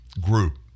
group